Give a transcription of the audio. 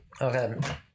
Okay